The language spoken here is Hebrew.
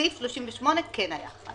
סעיף 38 כן היה חל.